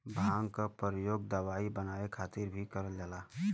भांग क परयोग दवाई बनाये खातिर भीं करल जाला